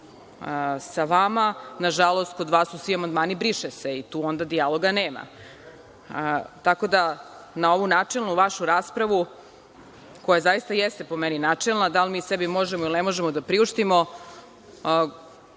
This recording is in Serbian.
sa vama, nažalost, kod vas su svi amandmani briše se i tu onda dijaloga nema. Na ovu vašu načelnu raspravu, koja jeste po meni načelna, da li mi sebi možemo ili ne možemo da priuštimo,